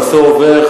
הנושא עובר,